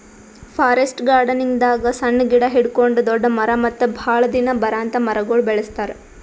forest ಗಾರ್ಡನಿಂಗ್ದಾಗ್ ಸಣ್ಣ್ ಗಿಡ ಹಿಡ್ಕೊಂಡ್ ದೊಡ್ಡ್ ಮರ ಮತ್ತ್ ಭಾಳ್ ದಿನ ಬರಾಂತ್ ಮರಗೊಳ್ ಬೆಳಸ್ತಾರ್